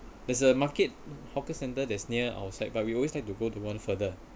there's a market hawker centre that's near outside but we always like to go to one further